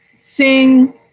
sing